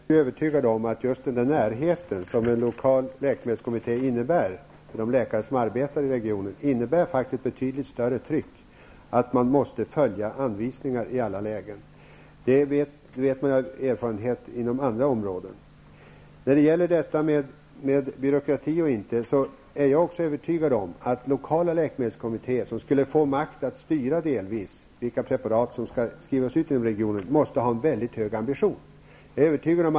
Herr talman! Jag är övertygad om att just den närhet som en lokal läkemedelskommitté innebär för de läkare som arbetar i regionen medför ett betydligt större tryck på att följa anvisningar i alla lägen. Det har man erfarenhet av inom andra områden. När det gäller byråkrati, är jag också övertygad om att lokala läkemedelskommittéer, som skulle få makt att delvis styra vilka preparat som skall skrivas ut inom regionen, måste ha en mycket hög ambition.